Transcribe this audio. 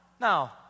Now